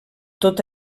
tot